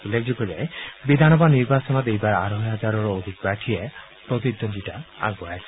উল্লেখযোগ্য যে বিধানসভা নিৰ্বাচনত এইবাৰ আঢ়ৈ হাজাৰৰো অধিক প্ৰাৰ্থীয়ে প্ৰতিদ্বন্দ্বিতা আগবঢ়াইছে